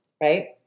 right